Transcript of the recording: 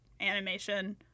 animation